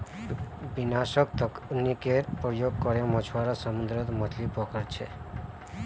विनाशक तकनीकेर प्रयोग करे मछुआरा समुद्रत मछलि पकड़ छे